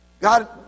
God